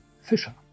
Fischer